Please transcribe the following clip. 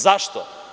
Zašto?